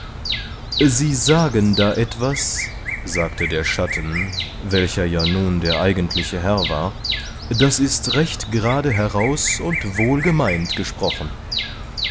sie sagen da etwas sagte der schatten welcher ja nun der eigentliche herr war das ist recht gerade heraus und wohlgemeint gesprochen